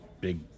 big